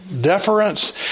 Deference